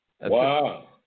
Wow